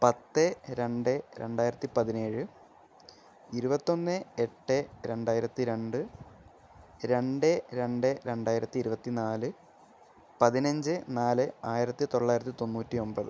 പത്ത് രണ്ട് രണ്ടായിരത്തിപതിനേഴ് ഇരുപത്തൊന്ന് എട്ട് രണ്ടായിരത്തി രണ്ട് രണ്ട് രണ്ട് രണ്ടായിരത്തി ഇരുപത്തിനാല് പതിനഞ്ച് നാല് ആയിരത്തി തൊള്ളായിരത്തി തൊണ്ണൂറ്റി ഒൻപത്